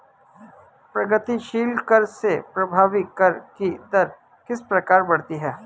प्रगतिशील कर से प्रभावी कर की दर किस प्रकार बढ़ती है?